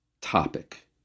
topic